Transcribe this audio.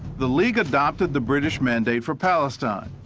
the league adopted the british mandate for palestine,